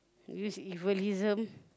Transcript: use evilism